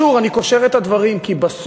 זה קשור, אני קושר את הדברים, כי בסוף